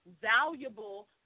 valuable